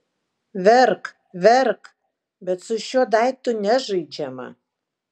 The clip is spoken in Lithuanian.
verk verk bet su šiuo daiktu nežaidžiama